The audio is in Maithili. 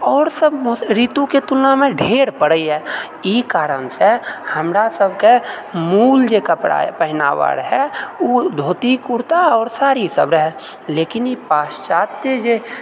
आओर सभ ऋतुके तुलनामे ढेर पड़ैत ई कारणसँ हमरा सबसभके मूल जे कपड़ा पहिनावा रहय ओ धोती कुरता आओर साड़ीसभ रहए लेकिन ई पाश्चात्य जे